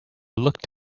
looked